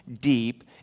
deep